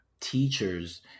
teachers